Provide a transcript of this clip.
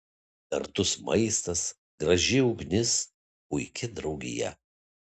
gardus maistas graži ugnis puiki draugija